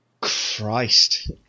Christ